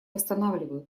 восстанавливают